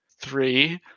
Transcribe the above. three